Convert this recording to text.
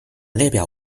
列表